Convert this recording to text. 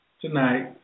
tonight